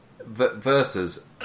versus